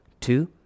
Two